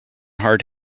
hard